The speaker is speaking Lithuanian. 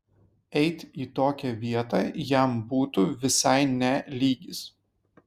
eit į tokią vietą jam būtų visai ne lygis